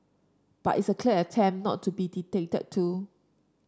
but it's a clear attempt not to be dictated to